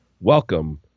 welcome